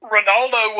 Ronaldo